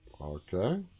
Okay